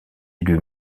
élue